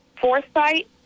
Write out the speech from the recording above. foresight